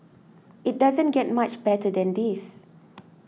it doesn't get much better than this